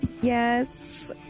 yes